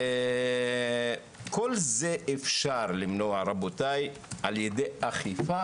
כל זה אפשר למנוע רבותי על ידי אכיפה.